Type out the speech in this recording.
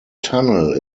tunnel